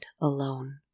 alone